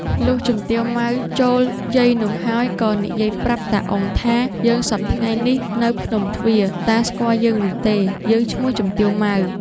លុះជំទាវម៉ៅ ចូលយាយនោះហើយ ក៏និយាយប្រាប់តា អ៊ុង ថា "យើងសព្វថ្ងៃនេះនៅភ្នំទ្វារ តាស្គាល់យើងឬទេ? យើងឈ្មោះជំទាវ ម៉ៅ ។